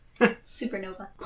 Supernova